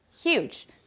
huge